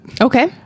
Okay